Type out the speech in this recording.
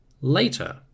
Later